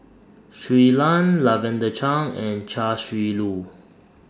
Shui Lan Lavender Chang and Chia Shi Lu